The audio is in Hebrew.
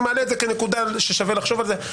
אני מעלה את זה כנקודה ששווה לחשוב עליה.